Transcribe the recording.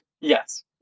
Yes